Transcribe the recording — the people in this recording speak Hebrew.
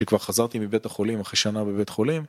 כי כבר חזרתי מבית החולים אחרי שנה בבית חולים